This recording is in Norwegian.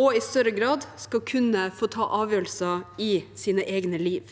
og i større grad ta avgjørelser i sitt eget liv.